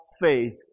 faith